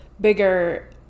bigger